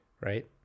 right